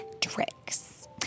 tricks